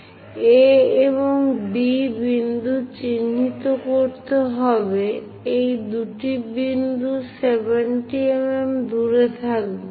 A এবং B বিন্দু চিহ্নিত করতে হবে এই দুটি বিন্দু 70 mm দূরে থাকবে